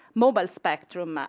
mobile spectrum,